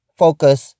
focus